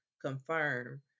confirm